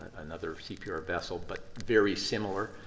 another cpr vessel, but very similar.